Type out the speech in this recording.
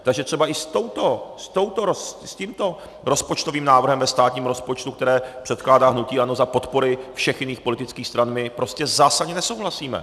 Takže třeba i s tímto rozpočtovým návrhem ve státním rozpočtu, který předkládá hnutí ANO za podpory všech jiných politických stran, my prostě zásadně nesouhlasíme.